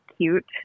cute